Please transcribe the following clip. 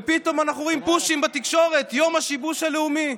ופתאום אנחנו רואים פושים בתקשורת: "יום השיבוש הלאומי".